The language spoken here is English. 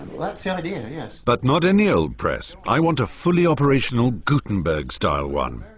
that's the idea, yes. but not any old press. i want a fully operational gutenberg-style one.